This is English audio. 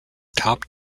top